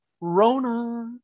Rona